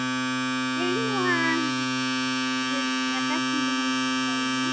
ᱤᱧ ᱱᱚᱣᱟ ᱤᱭᱟᱹ ᱡᱷᱟᱲᱠᱷᱚᱱᱰ ᱜᱮ ᱦᱟᱸᱜ ᱤᱧ ᱯᱷᱳᱱ ᱟᱠᱟᱫᱼᱟ ᱤᱧ